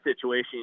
situation